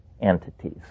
entities